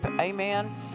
Amen